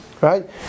right